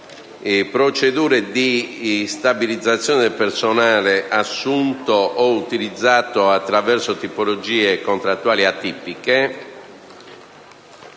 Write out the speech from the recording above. procedure di stabilizzazione del personale assunto o utilizzato attraverso tipologie contrattuali atipiche